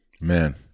Man